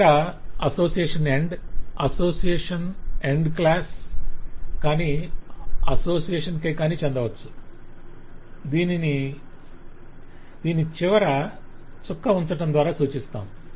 ఇక్కడ association end association end class కానీ association కేకానీ చెందవచ్చు దీనిని చివర చుక్కను ఉంచడం ద్వారా సూచిస్తాము